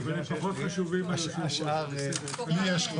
אבל הם פחות חשובים מהיושב-ראש, זה בסדר.